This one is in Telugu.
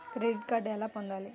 క్రెడిట్ కార్డు ఎలా పొందాలి?